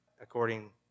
According